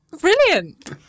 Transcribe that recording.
Brilliant